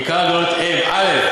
עיקר ההגנות: א.